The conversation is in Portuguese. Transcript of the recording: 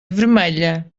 vermelha